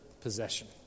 possession